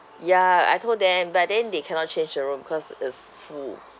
ya I told them but then they cannot change the room cause is full